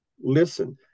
listen